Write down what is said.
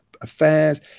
affairs